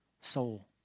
soul